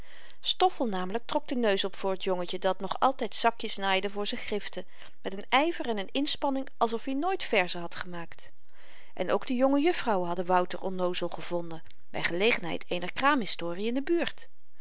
stoffel namelyk trok den neus op voor t jongetje dat nog altyd zakjes naaide voor z'n griften met n yver en een inspanning als of i nooit verzen had gemaakt en ook de jonge jufvrouwen hadden wouter onnoozel gevonden by gelegenheid eener kraamhistorie in de buurt